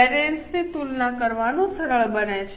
variance ની તુલના કરવાનું સરળ બને છે